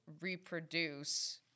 reproduce